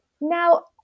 Now